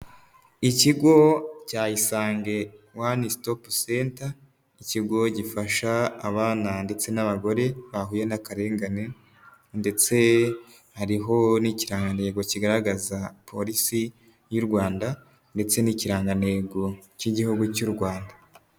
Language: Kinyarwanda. Ikigo cya Isange One Stop Center, ikigo gifasha abana ndetse n'abagore bahuye n'akarengane ndetse hariho n'ikirangantego kigaragaza polisi y'u Rwanda ndetse n'ikirangantego cy'igihugu cy'u Rwanda.